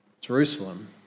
Jerusalem